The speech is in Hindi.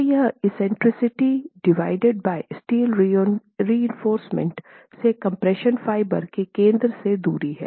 तो यह eccentricity divided by steel reinforcement से कम्प्रेशन फाइबर के केंद्र से दूरी है